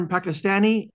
Pakistani